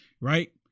Right